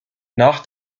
nach